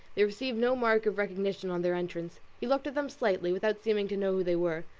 they received no mark of recognition on their entrance. he looked at them slightly, without seeming to know who they were,